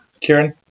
Kieran